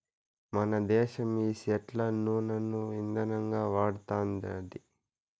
మనదేశం ఈ సెట్ల నూనను ఇందనంగా వాడతండాది